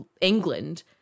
England